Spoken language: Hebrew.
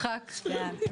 סליחה על האיחור בשתי דקות,